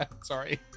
sorry